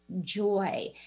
joy